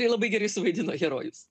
labai gerai suvaidino herojus